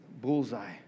bullseye